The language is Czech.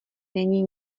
není